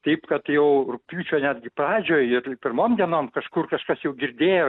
taip kad jau rugpjūčio netgi pradžioj pirmom dienom kažkur kažkas jau girdėjo